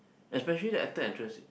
especially the actor actress